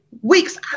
weeks